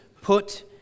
put